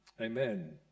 Amen